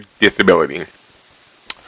Disability